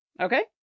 Okay